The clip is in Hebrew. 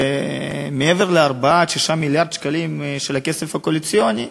ומעבר ל-4 6 מיליארד שקלים של הכסף הקואליציוני,